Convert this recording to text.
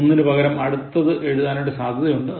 ഒന്നിനു പകരം അടുത്തത് എഴുതാൻ സാധ്യതയുണ്ട്